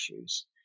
issues